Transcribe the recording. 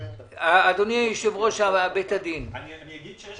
אדוני ראש בית הדין --- אני אגיד שיש